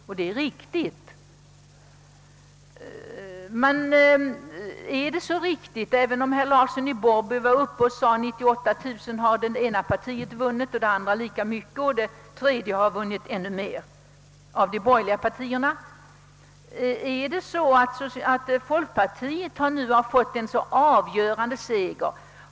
Herr Larsson i Borrby talade om att det ena borgerliga partiet vunnit 98 000 röster, det andra lika mycket och det tredje ännu mer. Men är det folkpartiet som nu vunnit en avgörande seger?